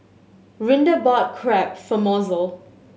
Rinda bought Crepe for Mozell